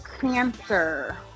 cancer